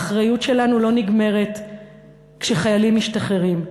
האחריות שלנו לא נגמרת כשחיילים משתחררים,